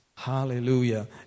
Hallelujah